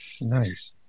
Nice